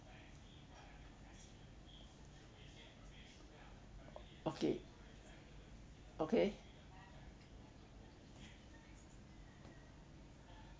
okay okay